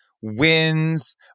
wins